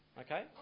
Okay